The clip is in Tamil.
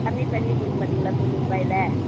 கம்மி பண்ணிக் கொடுக்க மாட்டிங்களா தொண்ணூறுபாயில்